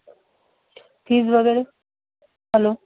fees वगैरे hello